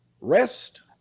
rest